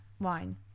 wine